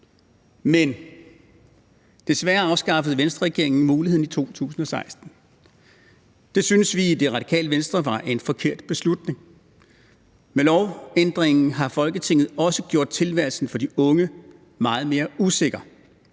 men desværre afskaffede Venstreregeringen muligheden i 2016. Det synes vi i Det Radikale Venstre var en forkert beslutning. Med lovændringen har Folketinget også gjort tilværelsen for de unge meget mere usikker,